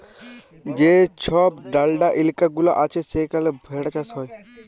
যে ছব ঠাল্ডা ইলাকা গুলা আছে সেখালে ভেড়া চাষ হ্যয়